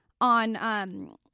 on